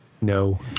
No